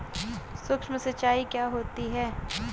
सुक्ष्म सिंचाई क्या होती है?